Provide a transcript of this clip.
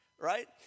right